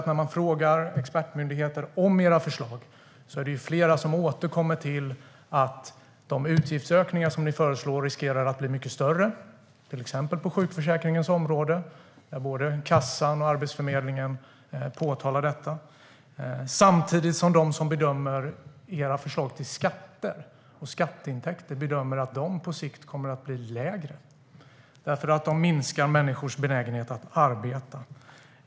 När man frågar expertmyndigheter om era förslag är det flera som återkommer till att de utgiftsökningar som ni föreslår riskerar att bli mycket större, till exempel på sjukförsäkringens område, där både kassan och Arbetsförmedlingen påtalar detta. Samtidigt bedöms att era förslag till skatter på sikt kommer att leda till lägre skatteintäkter, då de minskar människors benägenhet att arbeta.